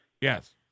Yes